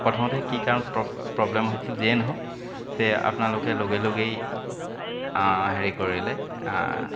প্ৰথমতে কি কাৰণত প্ৰ প্ৰব্লেম হৈছিল যিয়েই নহওক যে আপোনালোকে লগে লগেই আ হেৰি কৰিলে